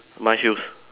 my shoes